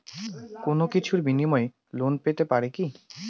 কোনো কিছুর বিনিময়ে লোন পেতে পারি কি?